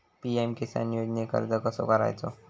PM किसान योजनेक अर्ज कसो करायचो?